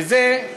וזה,